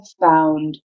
found